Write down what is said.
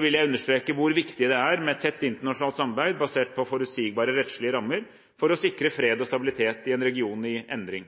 vil jeg understreke hvor viktig det er med et tett internasjonalt samarbeid basert på forutsigbare rettslige rammer for å sikre fred og stabilitet i en region i endring.